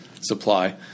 supply